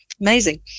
Amazing